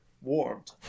Warmed